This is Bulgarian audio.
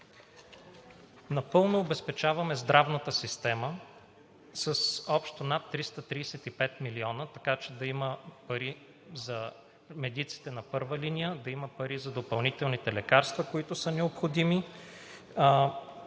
Напълно обезпечаваме здравната система с общо над 335 милиона, така че да има пари за медиците на първа линия, да има пари за допълнителните лекарства, които са необходими,